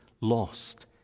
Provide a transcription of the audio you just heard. lost